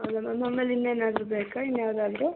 ಹೌದಾ ಮ್ಯಾಮ್ ಆಮೇಲೆ ಇನ್ನೇನಾದರೂ ಬೇಕಾ ಇನ್ನೂ ಯಾವ್ದಾದರೂ